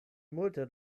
multe